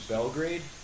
Belgrade